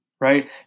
right